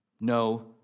no